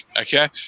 Okay